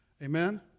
Amen